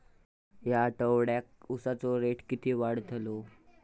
या आठवड्याक उसाचो रेट किती वाढतलो?